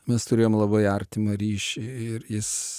mes turėjom labai artimą ryšį ir jis